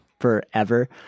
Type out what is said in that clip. forever